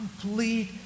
Complete